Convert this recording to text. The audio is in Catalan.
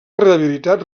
rehabilitat